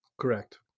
Correct